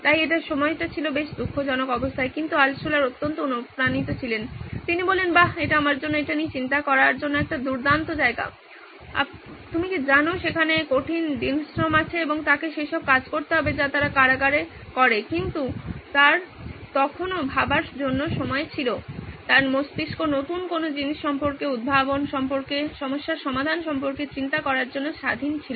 তাই এই সময়টা ছিল বেশ দুঃখজনক অবস্থায় কিন্তু আল্টশুলার অত্যন্ত অনুপ্রাণিত ছিলেন তিনি বললেন বাহ এটা আমার জন্য এটা নিয়ে চিন্তা করার জন্য একটি দুর্দান্ত জায়গা আপনি কি জানেন যে সেখানে কঠিন দিন শ্রম আছে এবং তাকে সেই সব কাজ করতে হবে যা তারা কারাগারে করে কিন্তু তার তখনো ভাবার জন্য সময় ছিল তার মস্তিষ্ক নতুন কোন জিনিস সম্পর্কে উদ্ভাবন সম্পর্কে সমস্যার সমাধান সম্পর্কে চিন্তা করার জন্য স্বাধীন ছিল